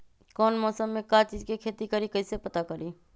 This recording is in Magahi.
कौन मौसम में का चीज़ के खेती करी कईसे पता करी?